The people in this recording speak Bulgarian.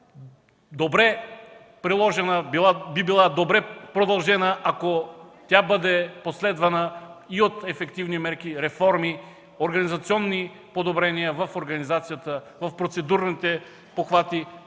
добре приложена, би била добре продължена, ако бъде последвана от ефективни мерки, реформи, подобрения в организацията, в процедурните похвати,